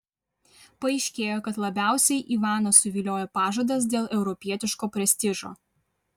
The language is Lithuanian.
paaiškėjo kad labiausiai ivaną suviliojo pažadas dėl europietiško prestižo